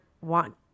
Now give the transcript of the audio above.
want